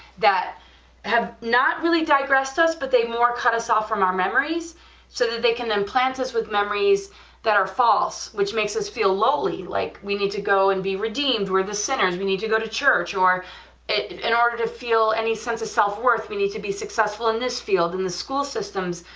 that have not really digressed us, but they more kind of saw from our memories so that they can implant us with memories that are false, which makes us feel lonely, like we need to go and be redeemed with the centers, we need to go to church or in order to feel any sense of self worth, we need to be successful in this field, in the school systems,